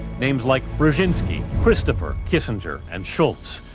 names like brzezinski, christopher, kissinger, and shultz.